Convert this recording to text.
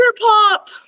pop